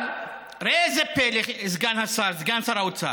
אבל ראה זה פלא, סגן השר, סגן שר האוצר,